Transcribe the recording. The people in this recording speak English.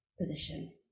position